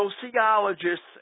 sociologists